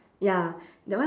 ya that one